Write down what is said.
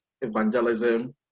evangelism